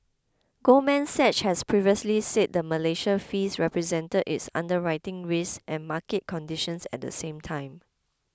Goldman Sachs has previously said the Malaysia fees represented its underwriting risks and market conditions at the same time